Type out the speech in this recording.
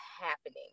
happening